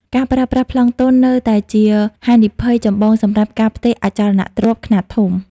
ការប្រើប្រាស់ "ប្លង់ទន់" នៅតែជាហានិភ័យចម្បងសម្រាប់ការផ្ទេរអចលនទ្រព្យខ្នាតធំ។